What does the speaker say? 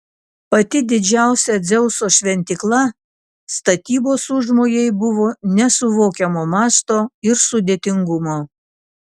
pati didžiausia dzeuso šventykla statybos užmojai buvo nesuvokiamo masto ir sudėtingumo